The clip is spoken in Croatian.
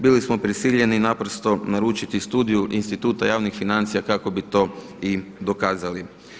Bili smo prisiljeni naprosto naručiti studiju Instituta javnih financija kako bi to i dokazali.